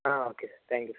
ఆ okay sir thank you sir